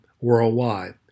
worldwide